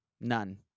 None